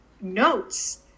notes